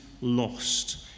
lost